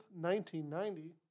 1990